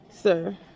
sir